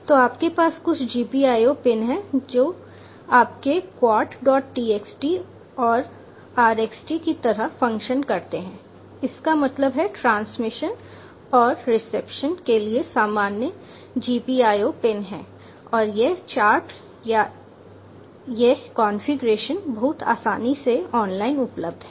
तो आपके पास कुछ GPIO पिन हैं जो आपके qart txt और rxt की तरह फंक्शन करते हैं इसका मतलब है ट्रांसमिशन और रिसेप्शन के लिए सामान्य GPIO पिन हैं और यह चार्ट या यह कॉन्फ़िगरेशन बहुत आसानी से ऑनलाइन उपलब्ध है